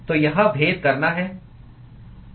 तो यहाँ भेद करना है